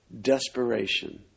desperation